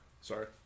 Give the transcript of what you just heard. Sorry